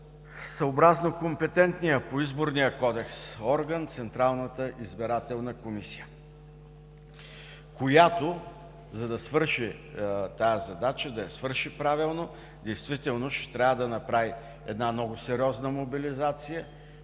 съобразно компетентния по Изборния кодекс орган –Централната избирателна комисия, която, за да свърши тази задача да свърши правилно, действително ще трябва да направи една много сериозна мобилизация,